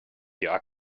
vga